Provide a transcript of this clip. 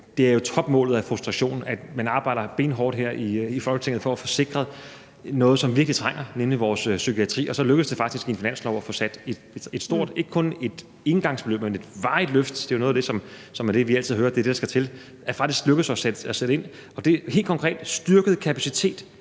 det er jo topmålet af frustration, når man arbejder benhårdt her i Folketinget for at få sikret noget, som virkelig trænger, nemlig vores psykiatri, uden at det bliver en realitet. Det er så faktisk lykkedes i vores finanslov at få sat et stort beløb af, ikke kun et engangsbeløb, men et varigt løft, og det er jo noget af det, som vi altid hører er det, der skal til. Det giver helt konkret styrket kapacitet,